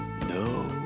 No